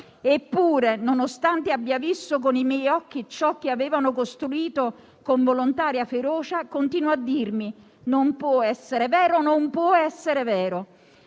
Eppure, nonostante abbia visto con i miei occhi ciò che avevano costruito con volontaria ferocia, continuo a dirmi: non può essere vero, non può essere vero.